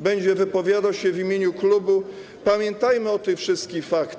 będzie wypowiadał się w imieniu klubu: pamiętajmy o tych wszystkich faktach.